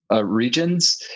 regions